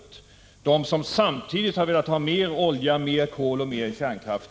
Jag syftar på dem som under årens lopp samtidigt har velat ha mer av olja, mera av kol och mer av kärnkraft.